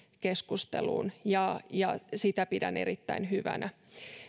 keskusteluun ja ja sitä pidän erittäin hyvänä